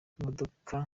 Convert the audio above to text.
imodoka